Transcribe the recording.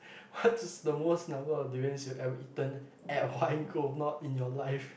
what is the most number of durians you ever eaten at one go not in your life